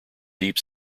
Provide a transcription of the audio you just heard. deep